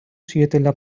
zietela